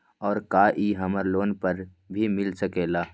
और का इ हमरा लोन पर भी मिल सकेला?